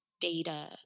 data